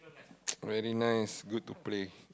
very nice good to play